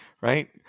right